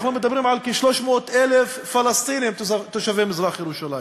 אנחנו מדברים על כ-300,000 פלסטינים תושבי מזרח-ירושלים,